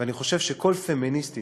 ואני חושב שכל פמיניסטית